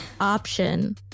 option